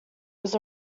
was